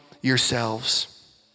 yourselves